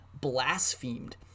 blasphemed